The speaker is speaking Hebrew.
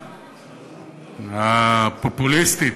הפופוליסטית,